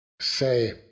say